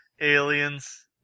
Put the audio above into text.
Aliens